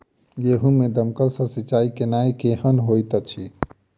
गेंहूँ मे दमकल सँ सिंचाई केनाइ केहन होइत अछि?